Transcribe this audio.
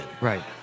Right